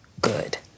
good